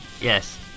Yes